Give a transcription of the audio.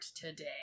today